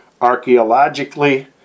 archaeologically